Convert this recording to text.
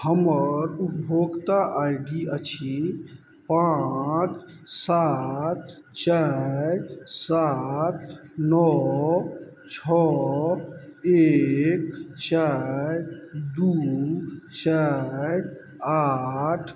हमर उपभोक्ता I D अछि पाँच सात चारि सात नओ छओ एक चारि दू चारि आठ